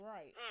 Right